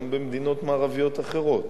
גם במדינות מערביות אחרות.